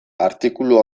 artikulu